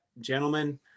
gentlemen